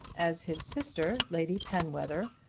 as his sister, lady penwether,